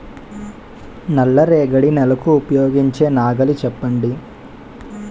నల్ల రేగడి నెలకు ఉపయోగించే నాగలి చెప్పండి?